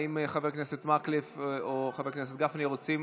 האם חבר הכנסת מקלב, או חבר הכנסת גפני רוצים,